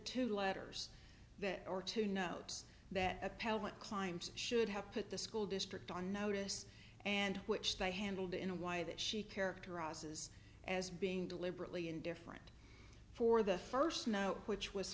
two letters that or two notes that appellant climbs should have put the school district on notice and which they handled in a why that she characterizes as being deliberately indifferent for the first note which was